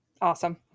Awesome